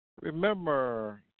remember